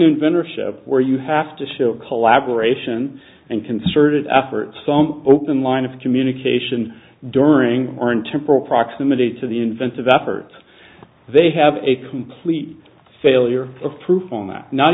vendor ship where you have to show collaboration and concerted effort some open line of communication during our interpreter proximity to the inventive efforts they have a complete failure of